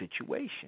situation